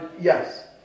yes